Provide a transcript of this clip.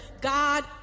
God